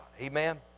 Amen